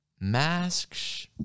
masks